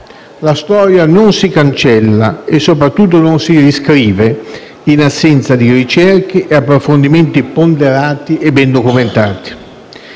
La storia non si cancella e soprattutto non si riscrive, in assenza di ricerche e approfondimenti ponderati e ben documentati.